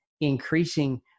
increasing